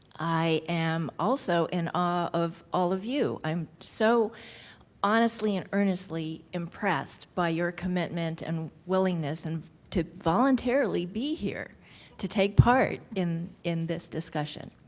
i am also in awe of all of you. i'm so honestly and earnestly impressed by your commitment and willingness and to voluntarily be here to take part in in this discussion.